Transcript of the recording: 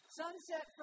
sunset